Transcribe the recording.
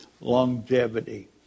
longevity